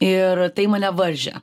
ir tai mane varžė